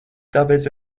tāpēc